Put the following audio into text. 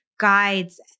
guides